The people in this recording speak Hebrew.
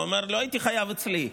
הוא אומר: לא הייתי חייב אצלי,